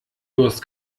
durst